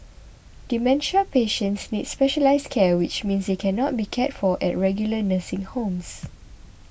dementia patients need specialised care which means they cannot be cared for at regular nursing homes